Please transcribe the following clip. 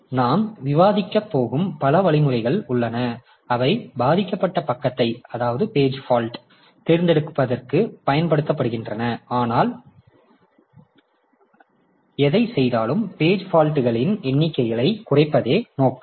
எனவே நாம் விவாதிக்கப் போகும் பல வழிமுறைகள் உள்ளன அவை பாதிக்கப்பட்ட பக்கத்தைத் தேர்ந்தெடுப்பதற்குப் பயன்படுத்தப்படுகின்றன ஆனால் எதைச் செய்தாலும் பேஜ் பால்ட்களின் எண்ணிக்கையைக் குறைப்பதே நோக்கம்